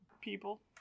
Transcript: people